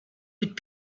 would